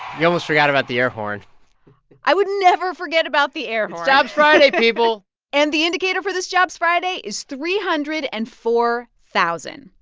you almost forgot about the air horn i would never forget about the air horn it's jobs friday, people and the indicator for this jobs friday is three hundred and four thousand.